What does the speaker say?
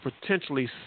potentially